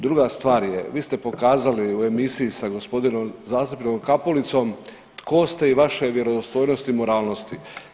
Druga stvar je, vi ste pokazali u emisiji sa g. zastupnikom Kapulicom tko ste i vaše vjerodostojnosti i moralnosti.